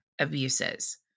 abuses